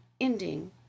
Ending